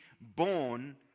born